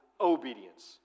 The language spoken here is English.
obedience